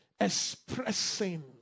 expressing